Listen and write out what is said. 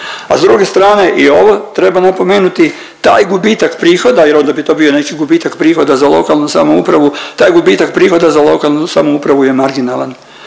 A s druge strane i ovo treba napomenuti taj gubitak prihoda jer onda bi to bio neki gubitak prihoda za lokalnu samoupravu, taj gubitak prihoda za lokalnu samoupravu je marginalan